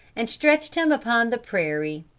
and stretched him upon the prairie.